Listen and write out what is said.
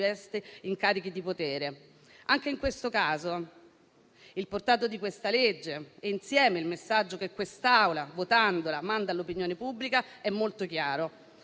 riveste incarichi di potere. Anche in questo caso il portato di questa legge e insieme il messaggio che quest'Assemblea, votandola, manda all'opinione pubblica sono molto chiari: